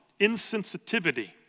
insensitivity